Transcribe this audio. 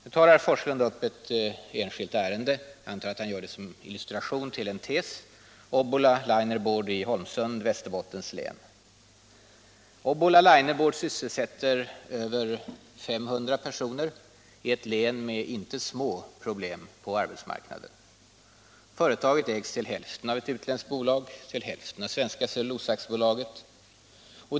Nu tar herr Forslund upp ett enskilt ärende. Jag antar att han gör det för att illustrera en tes. Det gäller Obbola Linerboard i Västerbottens län. Obbola Linerboard sysselsätter över 500 personer i ett län med inte små problem på arbetsmarknaden. Företaget ägs till hälften av ett utländskt bolag och till hälften av Svenska Cellulosa AB.